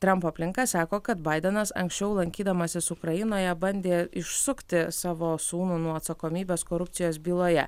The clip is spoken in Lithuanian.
trampo aplinka sako kad baidenas anksčiau lankydamasis ukrainoje bandė išsukti savo sūnų nuo atsakomybės korupcijos byloje